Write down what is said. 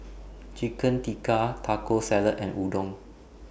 Chicken Tikka Taco Salad and Udon